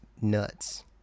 nuts